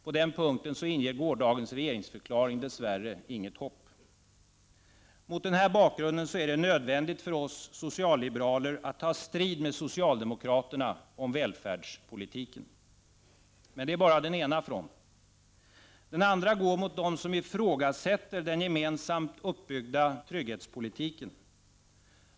På den punkten inger gårdagens regeringsförklaring dess värre inget hopp. Mot den här bakgrunden är det nödvändigt för oss socialliberaler att ta strid mot socialdemokraterna om välfärdspolitiken. Men det är bara den ena fronten. Den andra går mot dem som ifrågasätter den gemensamt uppbyggda trygghetspolitiken.